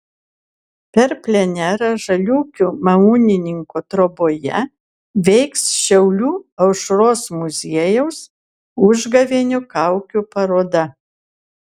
per plenerą žaliūkių malūnininko troboje veiks šiaulių aušros muziejaus užgavėnių kaukių paroda